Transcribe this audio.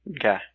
Okay